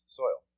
soil